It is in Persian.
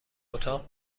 اتاق